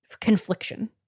confliction